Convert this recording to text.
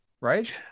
right